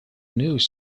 news